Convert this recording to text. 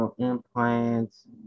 implants